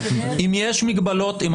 כאשר מדובר במינוי שהוא בידי הרשות המבצעת.